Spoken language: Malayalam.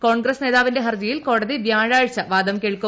കോൺഗ്രസ് നേതാവിന്റെ ഹർജിയിൽ കോടതി വ്യാഴാഴ്ച വാദം കേൾക്കും